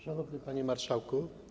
Szanowny Panie Marszałku!